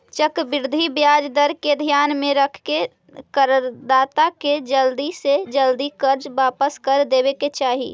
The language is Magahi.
चक्रवृद्धि ब्याज दर के ध्यान में रखके करदाता के जल्दी से जल्दी कर्ज वापस कर देवे के चाही